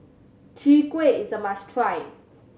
Chwee Kueh is a must try